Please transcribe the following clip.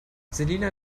selina